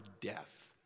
death